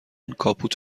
کاپوت